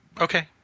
Okay